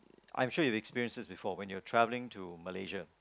I'm sure you've experienced this before when you're travelling to Malaysia